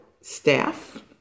staff